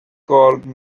called